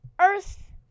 Earth